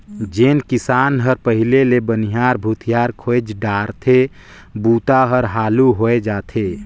जेन किसान हर पहिले ले बनिहार भूथियार खोएज डारथे बूता हर हालू होवय जाथे